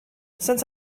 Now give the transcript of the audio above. since